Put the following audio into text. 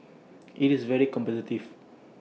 IT is very competitive